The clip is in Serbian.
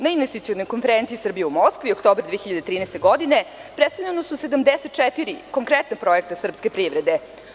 Na investicionoj konferenciji Srbije u Moskvi, oktobar 2013. godine, predstavljena su 74 konkretna projekta srpske privrede.